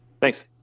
Thanks